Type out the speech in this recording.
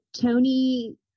Tony